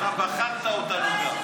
אתה בחרת אותנו גם.